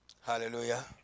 Hallelujah